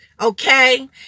Okay